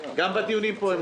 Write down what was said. להם חיים קשים.